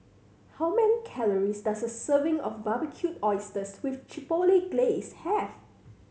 how many calories does a serving of Barbecued Oysters with Chipotle Glaze have